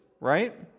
right